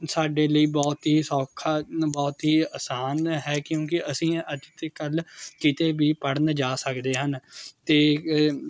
ਸਾਡੇ ਲਈ ਬਹੁਤ ਹੀ ਸੌਖਾ ਬਹੁਤ ਹੀ ਆਸਾਨ ਹੈ ਕਿਉਂਕਿ ਅਸੀਂ ਅੱਜ ਅਤੇ ਕੱਲ੍ਹ ਕਿਤੇ ਵੀ ਪੜ੍ਹਨ ਜਾ ਸਕਦੇ ਹਨ ਅਤੇ